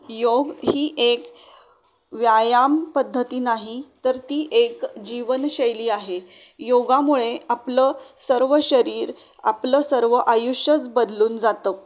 योग ही एक व्यायाम पद्धती नाही तर ती एक जीवनशैली आहे योगामुळे आपलं सर्व शरीर आपलं सर्व आयुष्यच बदलून जातं